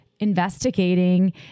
investigating